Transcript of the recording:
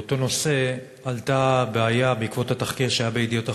באותו נושא עלתה בעיה בעקבות התחקיר שהיה ב"ידיעות אחרונות"